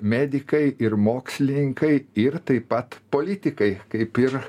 medikai ir mokslininkai ir taip pat politikai kaip ir